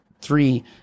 three